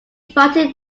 invited